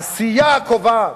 העשייה קובעת,